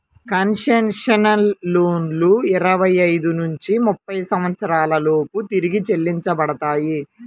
concessional లోన్లు ఇరవై ఐదు నుంచి ముప్పై సంవత్సరాల లోపు తిరిగి చెల్లించబడతాయి